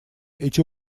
эти